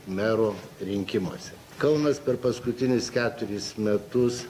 mero rinkimuose kaunas per paskutinius keturis metus